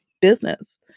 business